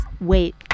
Wait